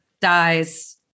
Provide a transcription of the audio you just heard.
dies